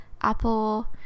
apple